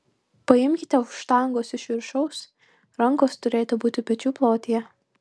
paimkite už štangos iš viršaus rankos turėtų būti pečių plotyje